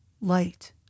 light